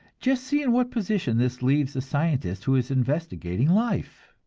just see in what position this leaves the scientist who is investigating life!